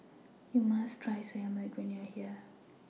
YOU must Try Soya Milk when YOU Are here